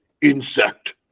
insect